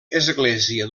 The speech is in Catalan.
església